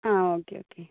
ആ okay okay